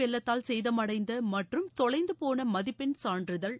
வெள்ளத்தால் சேதமடைந்த மற்றும் தொலைந்து போன மதிப்பெண் சான்றிதழ்